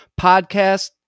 podcast